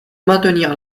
maintenir